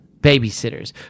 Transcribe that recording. babysitters